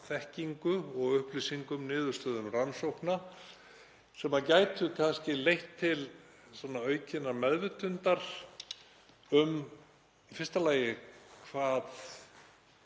þekkingu og upplýsingum og niðurstöðum rannsókna gæti kannski leitt til aukinnar meðvitundar um í fyrsta lagi hvað